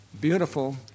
beautiful